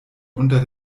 unter